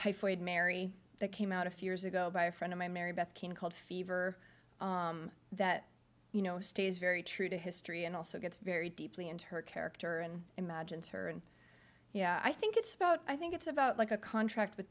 typhoid mary that came out a few years ago by a friend of my mary beth king called fever that you know stays very true to history and also gets very deeply into her character and imagines her and yeah i think it's about i think it's about like a contract with